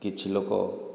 କିଛି ଲୋକ